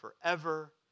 forever